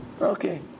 Okay